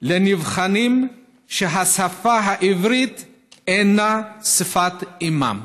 לנבחנים שהשפה העברית אינה שפת אימם?